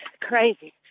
crazy